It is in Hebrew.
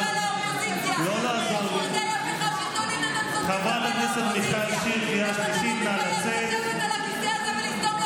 (חבר הכנסת יוראי להב הרצנו יוצא מאולם המליאה.) תתבייש.